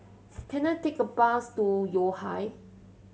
can I take a bus to Yo Ha